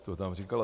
To tam říkala.